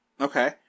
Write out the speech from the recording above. Okay